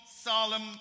Solemn